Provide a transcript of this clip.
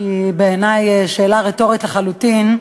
שהיא בעיני שאלה רטורית לחלוטין,